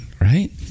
Right